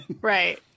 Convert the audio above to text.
Right